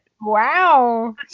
Wow